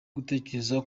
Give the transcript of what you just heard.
gutekereza